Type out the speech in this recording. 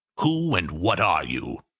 who, and what are you?